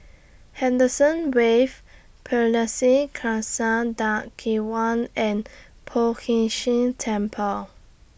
Henderson Wave Pardesi Khalsa Dharmak Diwan and Poh Ern Shih Temple